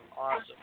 awesome